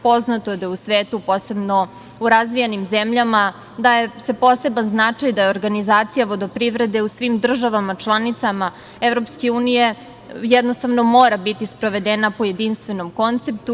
Poznato je da u svetu, posebno u razvijenim zemljama, daje se poseban značaj da organizacija vodoprivrede u svim državama-članicama Evropske unije jednostavno mora biti sprovedena po jedinstvenom konceptu.